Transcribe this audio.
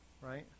Right